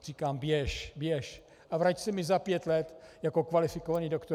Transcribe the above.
Říkám: Běž, běž a vrať se mi za pět let jako kvalifikovaný doktor.